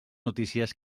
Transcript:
notícies